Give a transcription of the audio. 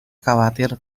khawatir